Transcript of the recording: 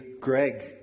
Greg